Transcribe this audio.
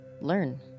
learn